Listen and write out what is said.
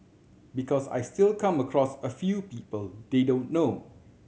because I still come across a few people they don't know